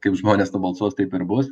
kaip žmonės nubalsuos taip ir bus